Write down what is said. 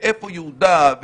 ואיפה יהודה,